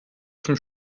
zum